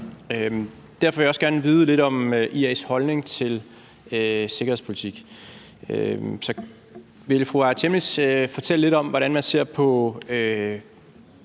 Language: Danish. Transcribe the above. derfor vil jeg også gerne vide lidt om IA's holdning til sikkerhedspolitik. Så vil fru Aaja Chemnitz Larsen fortælle lidt om, hvordan man ser på,